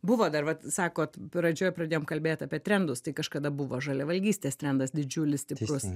buvo dar vat sakot pradžioje pradėjom kalbėt apie trendus tai kažkada buvo žaliavalgystės trendas didžiulis stiprus